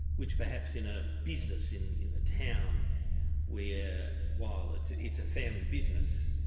which perhaps in a business in in the town where while it's it's a family business,